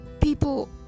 People